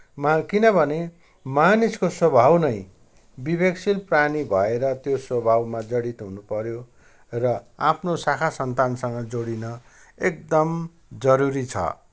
मा किनभने मानिसको स्वभाव नै विवेकशील प्राणी भएर त्यो स्वभावमा जडित हुनपर्यो र आफ्नो साखा सन्तानसँग जोडिन एकदम जरुरी छ